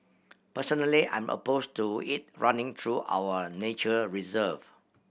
personally I'm opposed to it running through our nature reserve